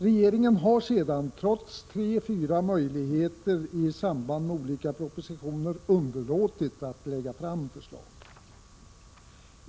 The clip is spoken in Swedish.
Regeringen har sedan, trots tre fyra möjligheter i samband med olika propositioner, underlåtit att lägga fram ett sådant förslag.